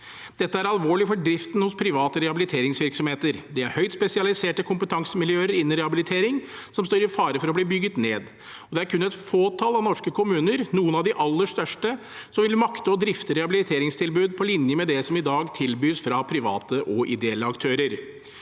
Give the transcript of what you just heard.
Dette er alvorlig for driften hos private rehabiliteringsvirksomheter. Det er høyt spesialiserte kompetansemiljøer innen rehabilitering som står i fare for å bli bygget ned, og det er kun et fåtall av norske kommuner, noen av de aller største, som vil makte å drifte rehabiliteringstilbud på linje med det som i dag tilbys fra private og ideelle aktører.